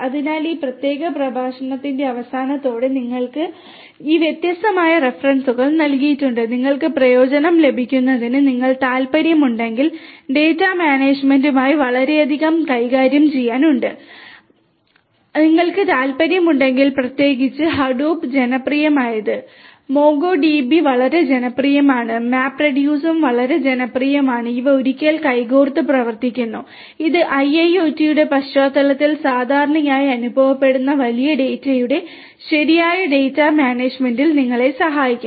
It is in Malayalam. അതിനാൽ ഈ പ്രത്യേക പ്രഭാഷണത്തിന്റെ അവസാനത്തോടെ ഞങ്ങൾ നിങ്ങൾക്ക് ഈ വ്യത്യസ്തമായ റഫറൻസുകൾ നൽകിയിട്ടുണ്ട് നിങ്ങൾക്ക് പ്രയോജനം ലഭിക്കുന്നതിന് നിങ്ങൾക്ക് താൽപ്പര്യമുണ്ടെങ്കിൽ ഡാറ്റാ മാനേജുമെന്റുമായി വളരെയധികം കാര്യങ്ങൾ ചെയ്യാനുണ്ട് നിങ്ങൾക്ക് താൽപ്പര്യമുണ്ടെങ്കിൽ പ്രത്യേകിച്ച് ഹഡൂപ്പ് ജനപ്രിയമായത് മോംഗോഡിബി വളരെ ജനപ്രിയമാണ് മാപ്റെഡ്യൂസും വളരെ ജനപ്രിയമാണ് ഇവ ഒരിക്കൽ കൈകോർത്ത് പ്രവർത്തിക്കുന്നു ഇത് ഐഐഒടിയുടെ പശ്ചാത്തലത്തിൽ സാധാരണയായി അനുഭവപ്പെടുന്ന വലിയ ഡാറ്റയുടെ ശരിയായ ഡാറ്റ മാനേജുമെന്റിൽ നിങ്ങളെ സഹായിക്കും